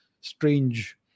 strange